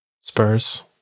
Spurs